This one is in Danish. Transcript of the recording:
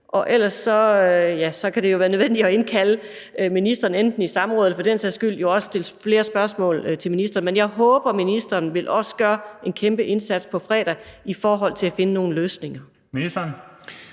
ellers kan det jo blive nødvendigt at indkalde ministeren til enten et samråd eller for den sags skyld jo også stille flere spørgsmål til ministeren. Men jeg håber, ministeren også vil gøre en kæmpe indsats på fredag i forhold til at finde nogle løsninger.